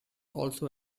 also